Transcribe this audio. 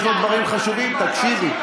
יש לו דברים חשובים, תקשיבי.